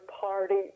party